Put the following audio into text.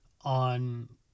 on